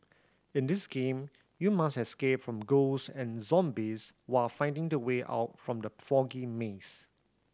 in this game you must escape from ghost and zombies while finding the way out from the foggy maze